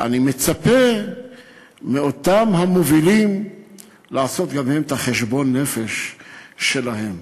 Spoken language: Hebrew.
אני מצפה מאותם המובילים לעשות גם הם את חשבון הנפש שלהם.